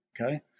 okay